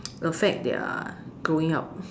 affect their growing up